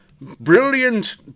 brilliant